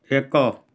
ଏକ